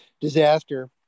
disaster